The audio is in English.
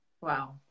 wow